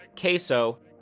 Queso